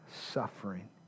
suffering